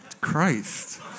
Christ